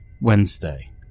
Wednesday